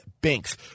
banks